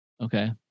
okay